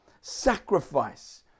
sacrifice